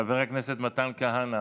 חבר הכנסת מתן כהנא,